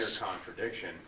contradiction